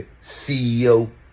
CEO